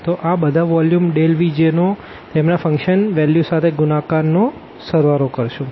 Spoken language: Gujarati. તો આ બધા વોલ્યુમ Vj નો તેમના ફંક્શન વેલ્યુ સાથે ગુણાકાર નો સળવાળો કરીશું